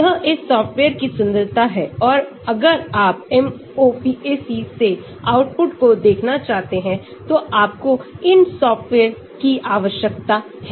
यह इस सॉफ्टवेयर की सुंदरता है औरअगर आप MOPAC से आउटपुट को देखना चाहते हैं तो आपको इस सॉफ्टवेयर की आवश्यकता है